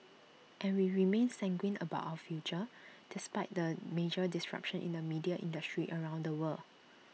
and we remain sanguine about our future despite the major disruptions in the media industry around the world